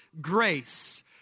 grace